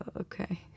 okay